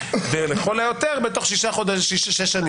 ולכל היותר בתוך שש שנים.